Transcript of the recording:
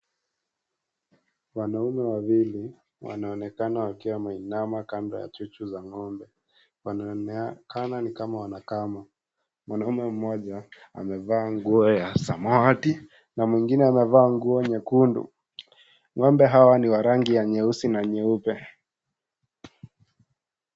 Wanaume wawili ili wanaonekana wameinama kando ya chuchu za ngombe, wanaonekana ni kama wanakama, mwanamme mmoja amevaa nguo ya samawati, na mwingine amevaa nguo nyekundu, ngombe hawa ni wa rangi ya nyeusi na nyeupe.